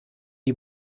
die